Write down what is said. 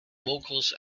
vocals